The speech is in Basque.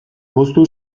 poztu